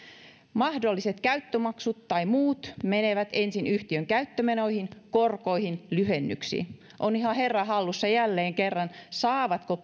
mahdolliset käyttömaksut tai muut menevät ensin yhtiön käyttömenoihin korkoihin lyhennyksiin on ihan herran hallussa jälleen kerran saavatko